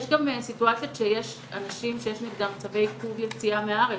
יש גם סיטואציות שיש אנשים שיש נגדם צווי עיכוב יציאה מהארץ,